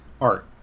art